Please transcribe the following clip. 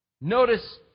Notice